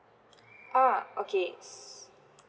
ah okay